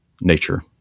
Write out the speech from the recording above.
nature